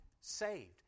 saved